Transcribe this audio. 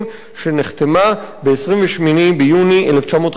שנחתמה ב-28 ביוני 1951,